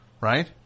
Right